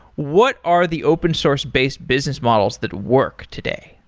what are the open source based business models that work today?